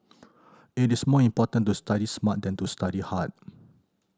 it is more important to study smart than to study hard